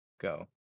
go